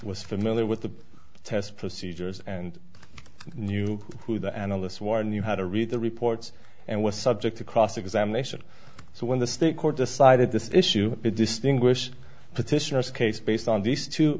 was familiar with the test procedures and knew who the analysts warn knew how to read the reports and was subject to cross examination so when the state court decided this issue to distinguish petitioners case based on these two